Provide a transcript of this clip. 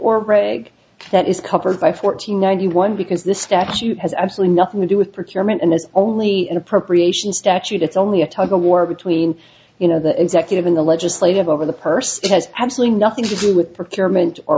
or reg that is covered by fourteen ninety one because this statute has absolutely nothing to do with protection and it's only an appropriation statute it's only a tug of war between you know the executive and the legislative over the purse it has absolutely nothing to do with